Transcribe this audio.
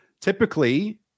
typically